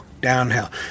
downhill